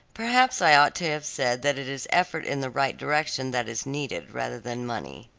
perhaps i ought to have said that it is effort in the right direction that is needed rather than money.